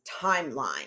timeline